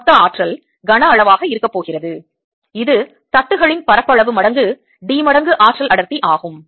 மொத்த ஆற்றல் கனஅளவாக இருக்கப் போகிறது இது தட்டுகளின் பரப்பளவு மடங்கு d மடங்கு ஆற்றல் அடர்த்தி ஆகும்